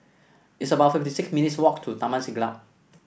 it's about fifty six minutes' walk to Taman Siglap